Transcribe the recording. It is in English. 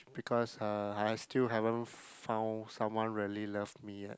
because uh I still haven't found someone really love me yet